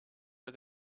was